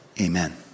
Amen